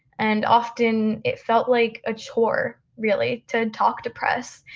and often it felt like a chore really, to talk to press,